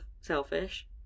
selfish